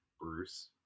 Bruce